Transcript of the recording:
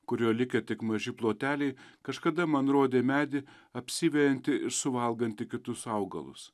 kurio likę tik maži ploteliai kažkada man rodė medį apsivejantį ir suvalgantį kitus augalus